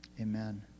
Amen